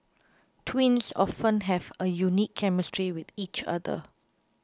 twins often have a unique chemistry with each other